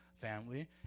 family